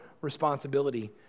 responsibility